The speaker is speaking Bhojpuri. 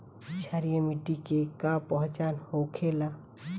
क्षारीय मिट्टी के का पहचान होखेला?